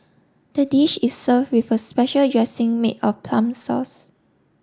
the dish is serve with a special dressing made of plum sauce